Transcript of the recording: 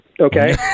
okay